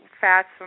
fats